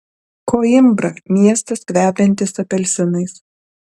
koimbra miestas kvepiantis apelsinais